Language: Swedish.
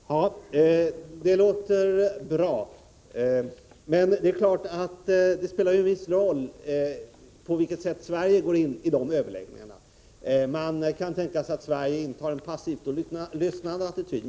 Herr talman! Det låter bra, men det är klart att det spelar en viss roll på vilket sätt Sverige går in i överläggningarna. Man kan tänka sig att Sverige intar en passiv och lyssnande attityd.